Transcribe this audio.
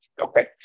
Okay